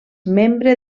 membre